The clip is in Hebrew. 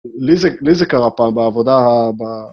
לי זה קרה פעם בעבודה...